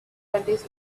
caddies